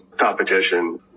competition